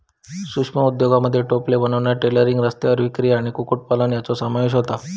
सूक्ष्म उद्योगांमध्ये टोपले बनवणा, टेलरिंग, रस्त्यावर विक्री आणि कुक्कुटपालन यांचो समावेश होता